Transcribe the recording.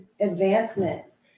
advancements